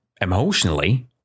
emotionally